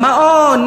מעון,